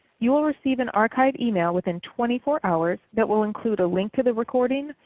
you will receive an archive email within twenty four hours that will include a link to the recording,